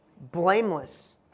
Blameless